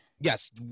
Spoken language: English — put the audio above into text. Yes